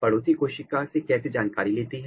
पड़ोसी कोशिका से कैसे जानकारी लेती है